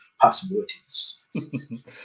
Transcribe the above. possibilities